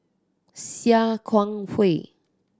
Sia Kah Hui